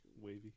wavy